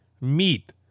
meat